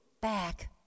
back